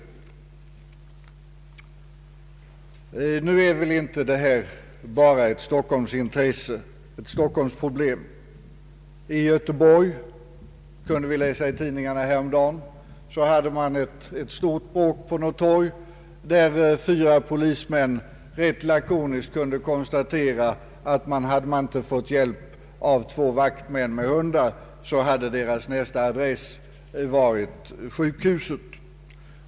Nu är väl inte det här bara ett Stockholmsproblem. Vi kunde häromdagen läsa i tidningarna om ett bråk i Göteborg. Fyra polismän kunde där rätt lakoniskt konstatera att om de inte hade fått hjälp av vaktmän med hundar så hade deras nästa adress varit sjukhuset.